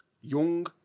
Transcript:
Young